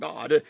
God